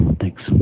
Thanks